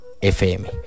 FM